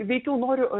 veikiau noriu